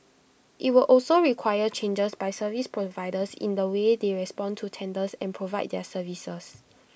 IT will also require changes by service providers in the way they respond to tenders and provide their services